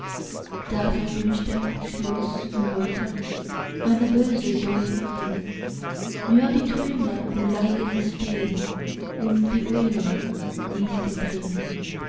da verwünschte schloß und leute eine böse zauberin nur die trümmer blieben stehen und die eulen nisten